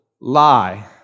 lie